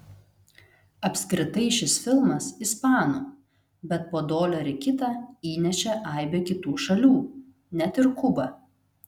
apskritai šis filmas ispanų bet po dolerį kitą įnešė aibė kitų šalių net ir kuba